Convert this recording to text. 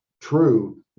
true